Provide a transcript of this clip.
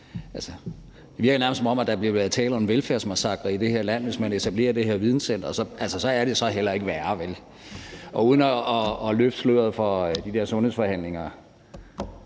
Det virker nærmest, som om der bliver tale om en velfærdsmassakre i det her land, hvis man etablerer det her videncenter – altså, så er det heller ikke værre, vel? Og uden at løfte sløret for de der sundhedsforhandlinger